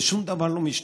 ושום דבר לא משתנה.